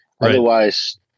Otherwise